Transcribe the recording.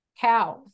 cows